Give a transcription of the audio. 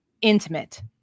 intimate